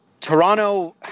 Toronto